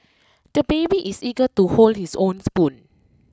the baby is eager to hold his own spoon